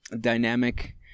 dynamic